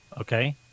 okay